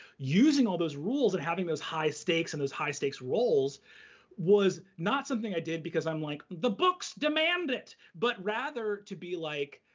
using all those rules and having those high stakes and those high stakes rolls was not something i did because i'm like, the books demand it! but rather to be like,